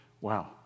wow